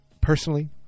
personally